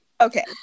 Okay